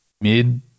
mid